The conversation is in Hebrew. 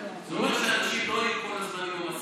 זה אומר שאנשים לא יהיו כל הזמן עם מסכות,